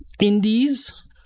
indies